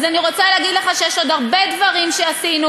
אז אני רוצה להגיד לך שיש עוד הרבה דברים שעשינו,